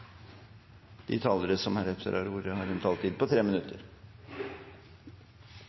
De talere som heretter får ordet, har en taletid på inntil 3 minutter.